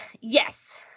Yes